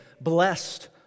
Blessed